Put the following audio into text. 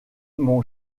mon